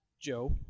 Joe